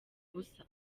busa